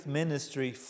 ministry